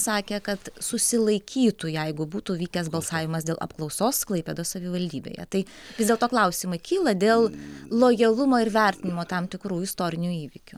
sakė kad susilaikytų jeigu būtų vykęs balsavimas dėl apklausos klaipėdos savivaldybėje tai vis dėlto klausimų kyla dėl lojalumo ir vertinimo tam tikrų istorinių įvykių